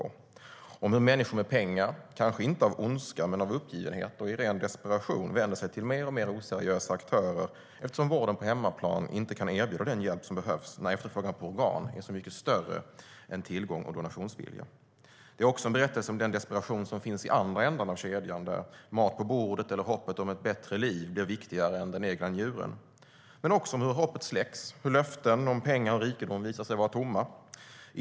Hon skriver om hur människor med pengar, kanske inte av ondska men av uppgivenhet och i ren desperation, vänder sig till mer och mer oseriösa aktörer eftersom vården på hemmaplan inte kan erbjuda den hjälp som behövs när efterfrågan på organ är mycket större än tillgången och donationsviljan. Det är också en berättelse om den desperation som finns i andra ändan av kedjan, där mat på bordet eller hoppet om ett bättre liv blir viktigare än den egna njuren men också om hur hoppet släcks och hur löften om pengar och rikedom visar sig vara tomma.